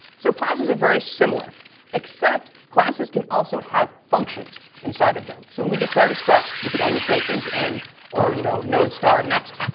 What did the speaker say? so classes are very similar except classes can also have functions inside of them. when we declared a struct, we could only say int n or you know node next.